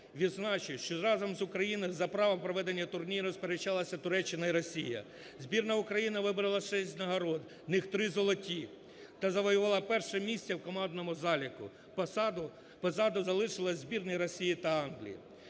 Відзначу, що разом з Україною за право проведення турніру сперечалася Туреччина і Росія. Збірна України виборола шість нагород, з них три – золоті, та завоювала перше місце в командному заліку. Позаду залишилася збірна Росії та Англії.